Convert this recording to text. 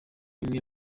imwe